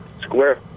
square